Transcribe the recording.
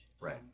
Right